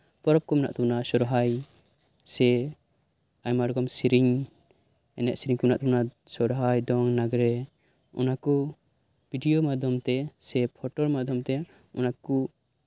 ᱯᱚᱨᱚᱵᱽ ᱠᱚ ᱢᱮᱱᱟᱜ ᱛᱟᱵᱚᱱᱟ ᱥᱚᱦᱨᱟᱭ ᱥᱮ ᱟᱭᱢᱟ ᱨᱚᱠᱚᱢ ᱥᱮᱹᱨᱮᱹᱧ ᱮᱱᱮᱡ ᱥᱮᱹᱨᱮᱹᱧ ᱠᱚ ᱢᱮᱱᱟᱜ ᱛᱟᱵᱚᱱᱟ ᱥᱚᱦᱨᱟᱭ ᱫᱚᱝ ᱞᱟᱜᱽᱲᱮ ᱚᱱᱟᱠᱚ ᱵᱷᱤᱰᱭᱳ ᱢᱟᱫᱽᱫᱷᱚᱢᱛᱮ ᱥᱮ ᱯᱷᱳᱴᱳ ᱢᱟᱫᱽᱫᱷᱚᱢᱛᱮ ᱚᱱᱟ ᱠᱚ